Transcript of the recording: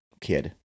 kid